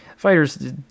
fighters